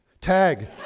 Tag